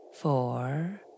four